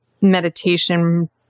meditation